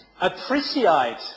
appreciate